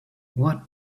what